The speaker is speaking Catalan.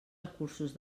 recursos